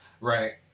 right